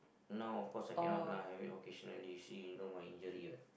now of cause I can not lah having occasionally you see you know my injury what